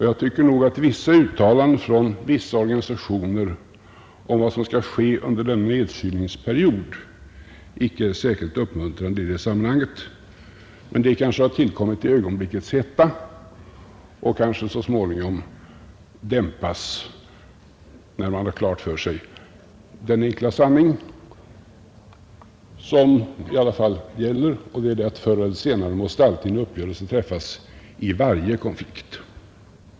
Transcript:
Jag tycker nog att vissa uttalanden från vissa organisationer om vad som skall ske under denna nedkylningsperiod inte är särskilt uppmuntrande i detta sammanhang. Men de kanske har tillkommit i ögonblickets hetta och dämpas kanske så småningom när man får klart för sig den enkla sanningen som i alla fall gäller, nämligen att en uppgörelse förr eller senare måste träffas i varje konflikt.